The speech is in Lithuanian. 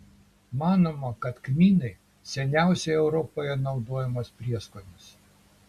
manoma kad kmynai seniausiai europoje naudojamas prieskonis